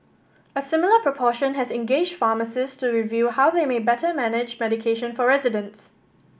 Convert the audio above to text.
a similar proportion has engaged pharmacists to review how they may better manage medication for residents